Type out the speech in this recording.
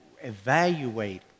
evaluate